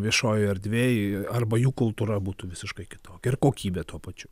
viešojoj erdvėj arba jų kultūra būtų visiškai kitokia ir kokybė tuo pačiu